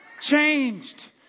changed